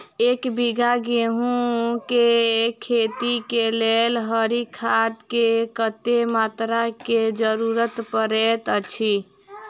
एक बीघा मूंग केँ खेती केँ लेल हरी खाद केँ कत्ते मात्रा केँ जरूरत पड़तै अछि?